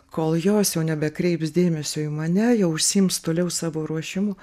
kol jos jau nebekreips dėmesio į mane jau užsiims toliau savo ruošimu